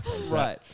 right